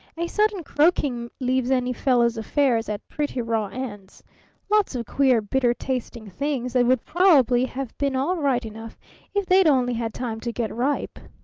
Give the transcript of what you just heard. a sudden croaking leaves any fellow's affairs at pretty raw ends lots of queer, bitter-tasting things that would probably have been all right enough if they'd only had time to get ripe.